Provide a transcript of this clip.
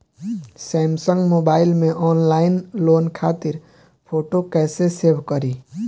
Samsung mobile में online loan खातिर photo कैसे सेभ करीं?